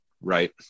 Right